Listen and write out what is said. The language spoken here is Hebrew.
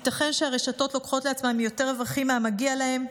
ייתכן שהרשתות לוקחות לעצמן יותר רווחים מהמגיע להן,